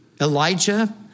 Elijah